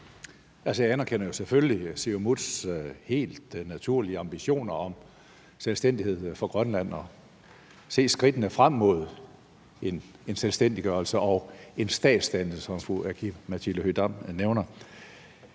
jeg anerkender jo selvfølgelig Siumuts helt naturlige ambitioner om selvstændighed for Grønland og at se skridtene frem mod en selvstændiggørelse og en statsdannelse, som fru Aki-Matilda Høegh-Dam nævner.